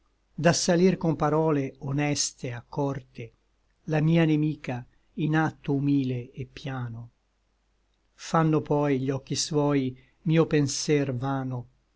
scorte d'assalir con parole honeste accorte la mia nemica in atto humile et piano fanno poi gli occhi suoi mio penser vano